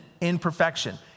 Imperfection